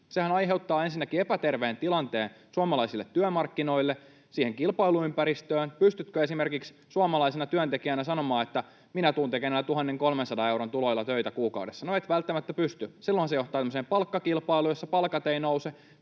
Sehän aiheuttaa ensinnäkin epäterveen tilanteen suomalaisille työmarkkinoille, siihen kilpailuympäristöön. Pystytkö esimerkiksi suomalaisena työntekijänä sanomaan, että minä tulen tekemään töitä näillä 1 300 euron tuloilla kuukaudessa? No et välttämättä pysty. Silloin se johtaa semmoiseen palkkakilpailuun, jossa palkat eivät nouse.